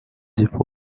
époux